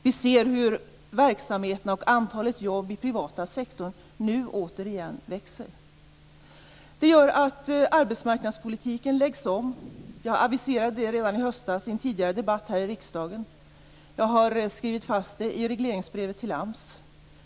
Vi ser hur verksamheterna och antalet jobb i den privata sektorn nu återigen växer. Det gör att arbetsmarknadspolitiken läggs om. Jag aviserade det redan i höstas i en tidigare debatt här i riksdagen. Jag har skrivit fast det i regleringsbrevet till AMS.